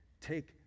Take